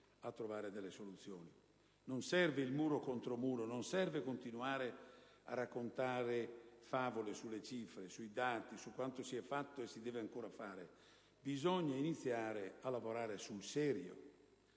Non serve il muro contro muro, non serve continuare a raccontare favole sulle cifre, sui dati, su quanto si è fatto e si deve ancora fare: bisogna iniziare a lavorare sul serio.